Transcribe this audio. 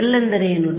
∇ ಎಂದರೇನು